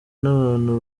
n’abantu